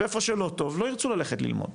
ואיפה שלא טוב, לא ירצו ללכת ללמוד.